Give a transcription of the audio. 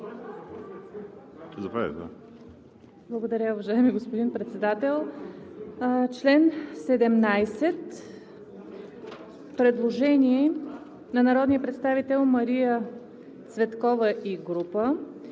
Благодаря, уважаеми господин Председател. По чл. 17 има предложение на народния представител Мария Цветкова и група